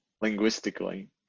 linguistically